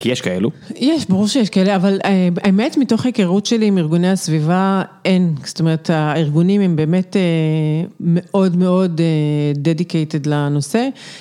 כי יש כאלו. יש, ברור שיש כאלה, אבל באמת, מתוך היכרות שלי עם ארגוני הסביבה, אין, זאת אומרת, הארגונים הם באמת מאוד מאוד דדיקייטד לנושא.